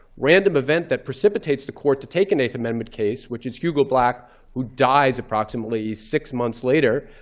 random event that precipitates the court to take an eighth amendment case, which is hugo black who dies approximately six months later,